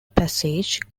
passage